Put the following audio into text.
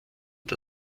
der